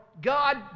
God